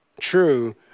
true